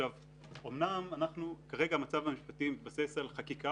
אומנם כרגע המצב המשפטי מתבסס על חקיקה